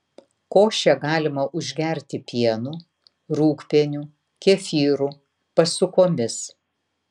košę galima užgerti pienu rūgpieniu kefyru pasukomis